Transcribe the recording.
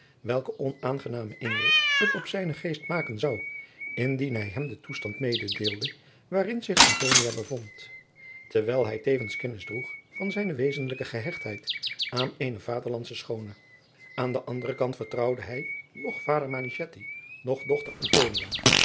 welken onaangenamen indruk het op zijnen geest maken zou indien hij hem den toestand mededeelde waarin zich antonia bevond terwijl hij tevens kennis droeg van zijne wezenlijke gehechtheid aan eene vaderlandsche schoone aan den anderen kant vertrouwde hij noch vader manichetti noch dochter